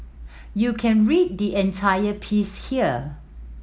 you can read the entire piece here